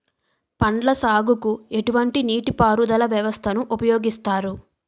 పండ్ల సాగుకు ఎటువంటి నీటి పారుదల వ్యవస్థను ఉపయోగిస్తారు?